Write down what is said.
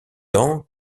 tant